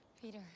Peter